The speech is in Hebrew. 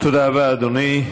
תודה רבה, אדוני.